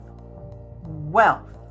wealth